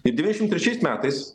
ir dvidešimt trečiais metais